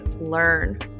learn